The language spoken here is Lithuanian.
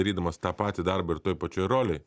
darydamas tą patį darbą ir toj pačioj rolėj